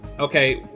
okay.